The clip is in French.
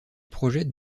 projettent